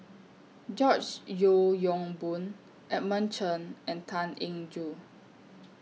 George Yeo Yong Boon Edmund Chen and Tan Eng Joo